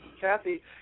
Kathy